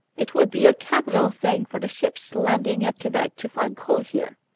it would be a capital thing for the ships landing at quebec to find coal here